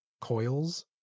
Coils